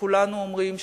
שכולנו אומרים,